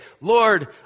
Lord